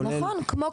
כולל חיסכון.